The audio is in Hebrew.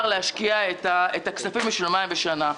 להשקיע את הכספים בשביל יומיים בשנה.